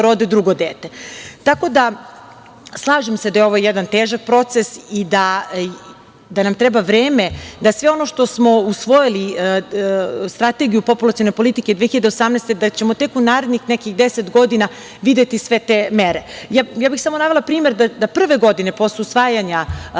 rode drugo dete. Tako da, slažem se da je ovo jedan težak proces i da nam treba vreme da sve ono što smo usvojili, odnosno Strategiju populacione politike 2018. godine, da ćemo tek u narednih nekih deset godina videti sve te mere. Navela bih samo primer da prve godine posle usvajanja